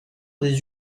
des